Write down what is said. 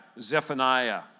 Zephaniah